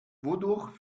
wodurch